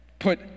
Put